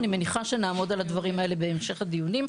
אני מניחה שנעמוד על הדברים האלה בהמשך הדיונים.